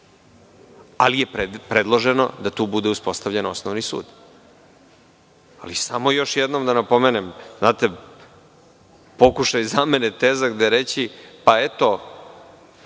ali je predloženo da tu bude uspostavljen osnovni sud. Samo još jednom da napomenem, pokušaj zamene teza, gde reći – eto,